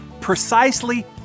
precisely